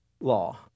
law